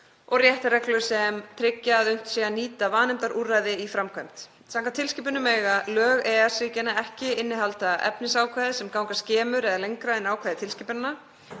og réttarreglur sem tryggja að unnt sé að nýta vanefndaúrræði í framkvæmd. Samkvæmt tilskipununum mega lög EES-ríkjanna ekki innihalda efnisákvæði sem ganga skemur eða lengra en ákvæði tilskipananna.